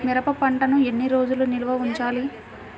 మిరప పంటను ఎన్ని రోజులు నిల్వ ఉంచాలి?